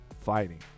fighting